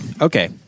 Okay